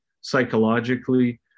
psychologically